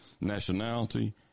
nationality